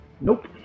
Nope